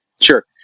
Sure